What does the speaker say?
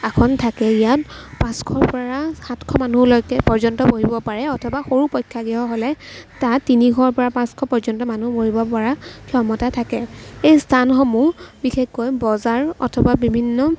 আসন থাকে ইয়াত পাঁচশৰ পৰা সাতশ মানুহ লৈকে পৰ্যন্ত বহিব পাৰে অথবা সৰু প্ৰেক্ষাগৃহ হ'লে তাত তিনিশৰ পৰা পাঁচশ পৰ্যন্ত মানুহ বহিব পৰাৰ ক্ষমতা থাকে এই স্থানসমূহ বিশেষকৈ বজাৰ অথবা বিভিন্ন